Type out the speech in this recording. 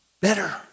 Better